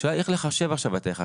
השאלה היא איך לחשב עכשיו את ערך השעה.